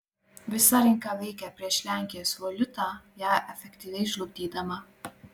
visa rinka veikė prieš lenkijos valiutą ją efektyviai žlugdydama